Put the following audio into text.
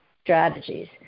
strategies